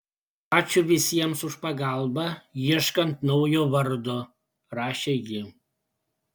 ačiū visiems už pagalbą ieškant naujo vardo rašė ji